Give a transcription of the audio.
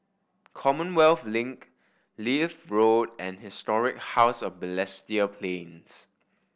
Commonwealth Link Leith Road and Historic House of Balestier Plains